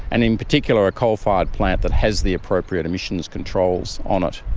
and in particular a coal-fired plant that has the appropriate emissions controls on it.